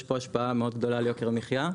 פה השפעה מאוד גדולה על יוקר המחיה.